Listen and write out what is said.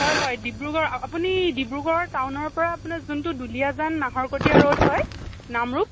হয় হয় ডিব্ৰুগড় আপুনি ডিব্ৰুগড়ৰ টাউনৰপৰা আপোনাৰ যোনটো দুলীয়াজান নাহৰকটীয়া ৰ'ড হয় নামৰূপ